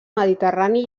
mediterrani